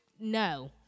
no